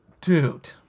Dude